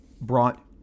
brought